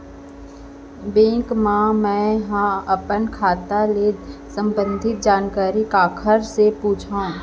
Bank मा मैं ह अपन खाता ले संबंधित जानकारी काखर से पूछव?